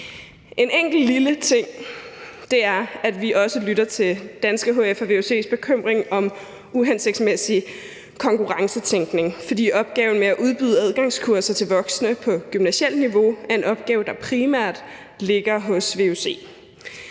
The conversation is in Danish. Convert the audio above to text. En enkelt lille ting er, at vi også lytter til Danske HF & VUC's bekymring om uhensigtsmæssig konkurrencetænkning, fordi opgaven med at udbyde adgangskurser til voksne på gymnasialt niveau er en opgave, der primært ligger hos vuc.